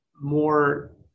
more